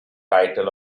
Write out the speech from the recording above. title